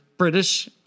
British